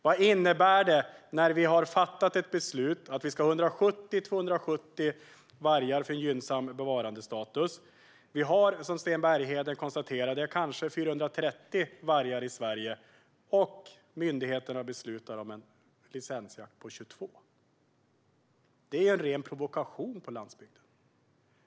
Vad innebär det att vi har fattat ett beslut om att vi ska ha 170-270 vargar för gynnsam bevarandestatus? Som Sten Bergheden konstaterade har vi kanske 430 vargar i Sverige, och myndigheterna beslutar om en licensjakt på 22. Det är en ren provokation mot landsbygden.